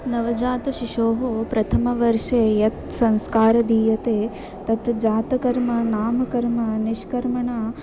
नवजातशिशोः प्रथमवर्षे यत् संस्कारदीयते तत् जातकर्म नामकर्म निष्कर्मणा